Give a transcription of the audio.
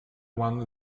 one